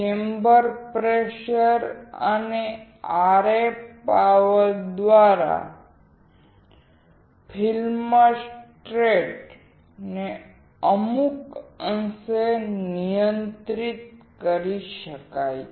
chamber pressure અને RF power દ્વારા film stress ને અમુક અંશે નિયંત્રિત કરી શકાય છે